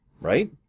right